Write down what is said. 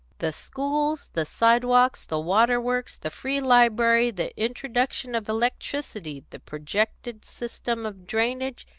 the schools, the sidewalks, the water-works, the free library, the introduction of electricity, the projected system of drainage,